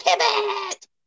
pivot